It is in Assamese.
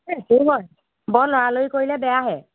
সেইটোৱো হয় বৰ ল'ৰালৰি কৰিলে বেয়াহে